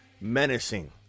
menacing